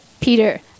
Peter